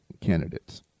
candidates